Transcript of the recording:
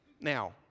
now